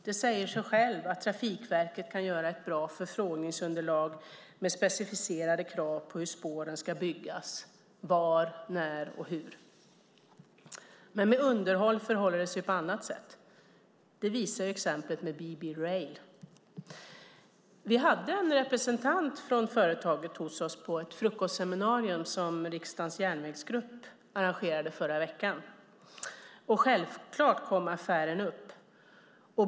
Det säger sig självt att Trafikverket kan göra ett bra förfrågningsunderlag med specificerade krav på hur spåren ska byggas - var, när och hur. Men med underhåll förhåller det sig på ett annat sätt. Det visar exemplet med BB Rail. Vi hade en representant från företaget hos oss på ett frukostseminarium som riksdagens järnvägsgrupp arrangerade förra veckan. Självklart kom affären upp.